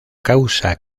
causa